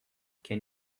can